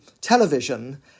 television